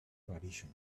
tradition